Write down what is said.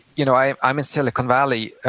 you know i'm i'm in silicon valley,